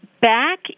back